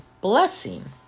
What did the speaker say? blessing